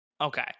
Okay